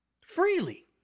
Freely